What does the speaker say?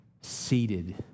seated